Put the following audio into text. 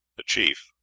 the chief,